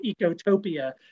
Ecotopia